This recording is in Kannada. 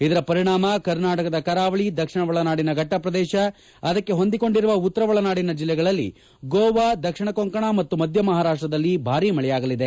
ಇದರ ಪರಿಣಾಮ ಕರ್ನಾಟಕದ ಕರಾವಳಿ ದಕ್ಷಿಣ ಒಳನಾಡಿನ ಫಟ್ಟ ಪ್ರದೇಶ ಅದಕ್ಕೆ ಹೊಂದಿಕೊಂಡಿರುವ ಉತ್ತರ ಒಳನಾಡಿನ ಜಿಲ್ಲೆಗಳಲ್ಲಿ ಗೋವಾ ದಕ್ಷಿಣ ಕೊಂಕಣ ಮತ್ತು ಮಧ್ಯ ಮಹಾರಾಷ್ಟದಲ್ಲಿ ಭಾರಿ ಮಳೆಯಾಗಲಿದೆ